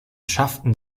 schafften